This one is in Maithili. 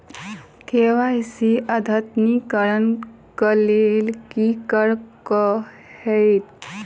के.वाई.सी अद्यतनीकरण कऽ लेल की करऽ कऽ हेतइ?